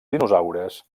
dinosaures